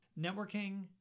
Networking